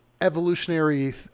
evolutionary –